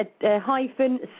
hyphen